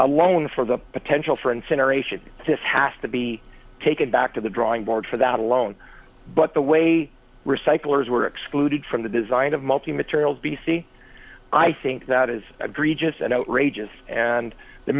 a loan for the potential for incineration this has to be taken back to the drawing board for that alone but the way recyclers were excluded from the design of multi materials b c i think that is agree just an outrageous and the